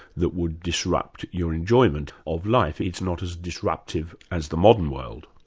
that would disrupt your enjoyment of life it's not as disruptive as the modern world.